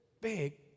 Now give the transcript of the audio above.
Big